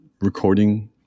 recording